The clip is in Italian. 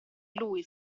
lui